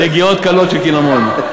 נגיעות קלות של קינמון.